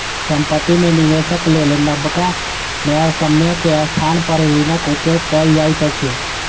संपत्ति में निवेशक लेल नबका न्यायसम्य के स्थान पर ऋणक उपयोग कयल जाइत अछि